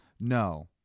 No